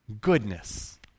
goodness